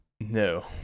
No